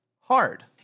hard